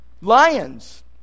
Lions